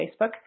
Facebook